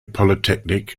polytechnic